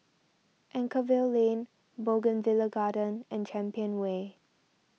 Anchorvale Lane Bougainvillea Garden and Champion Way